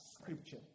scripture